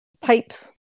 pipes